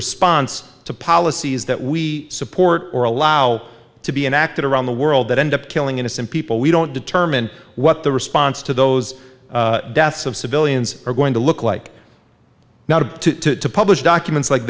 response to policies that we support or allow to be enacted around the world that end up killing innocent people we don't determine what the response to those deaths of civilians are going to look like now to publish documents like